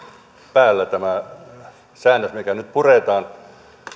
päällä nämä säännöt mitkä nyt puretaan